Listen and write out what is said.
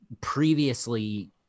previously